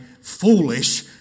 Foolish